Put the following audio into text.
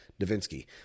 Davinsky